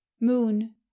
Moon